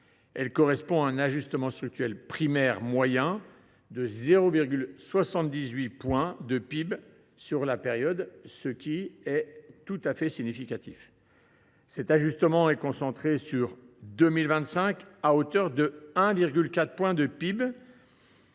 Elle correspond à un ajustement structurel primaire moyen de 0,78 point de PIB sur la période, ce qui est significatif. Cet ajustement est concentré sur l’année 2025, à hauteur de 1,4 point de PIB,